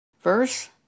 Verse